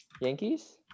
Yankees